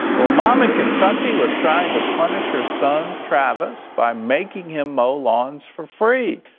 a mom in kentucky was trying to punish her son, travis, by making him mow lawns for free.